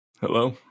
Hello